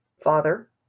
Father